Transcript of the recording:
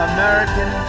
American